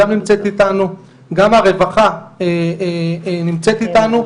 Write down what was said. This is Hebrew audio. גם הרווחה נמצאת איתנו,